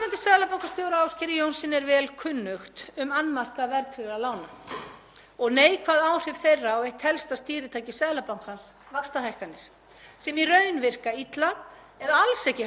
sem í raun virka illa eða alls ekki í hagkerfi þar sem verðtryggð lán til neytenda tíðkast í miklum mæli. Og ég er ansi hrædd um að við séum að horfa upp á beinar afleiðingar þess.